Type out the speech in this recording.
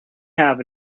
have